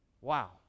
Wow